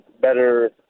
better